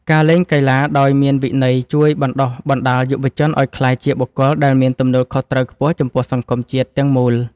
ការលេងកីឡាដោយមានវិន័យជួយបណ្តុះបណ្តាលយុវជនឱ្យក្លាយជាបុគ្គលដែលមានទំនួលខុសត្រូវខ្ពស់ចំពោះសង្គមជាតិទាំងមូល។